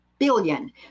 billion